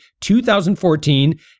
2014